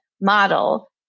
model